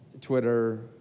Twitter